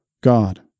God